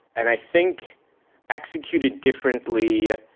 and i think executed differently, ah